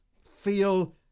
feel